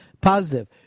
positive